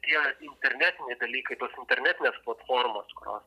tie internetiniai dalykai tos internetinės platformos kurios